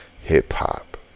hip-hop